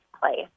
place